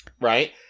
Right